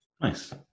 Nice